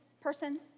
person